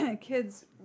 kids